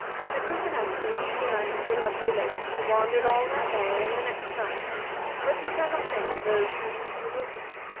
when the gryphoness reached the land of the lovely lakes, she wandered all that day and the next night but she saw nothing of those for whom she was looking.